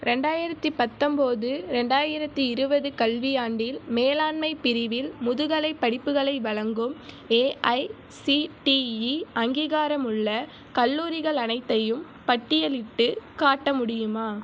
ரெண்டாயிரத்து பத்தொம்போது ரெண்டாயிரத்து இருபது கல்வியாண்டில் மேலாண்மை பிரிவில் முதுகலை படிப்புகளை வழங்கும் ஏஐசிடிஇ அங்கீகாரமுள்ள கல்லூரிகள் அனைத்தையும் பட்டியலிட்டு காட்ட முடியுமா